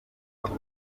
akato